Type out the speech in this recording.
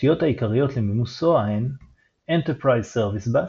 התשתיות העיקריות למימוש SOA הן Enterprise Service Bus